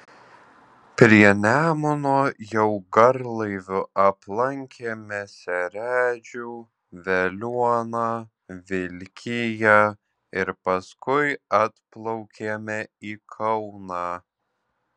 prie nemuno jau garlaiviu aplankėme seredžių veliuoną vilkiją ir paskui atplaukėme į kauną